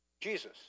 Jesus